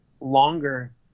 longer